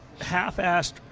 half-assed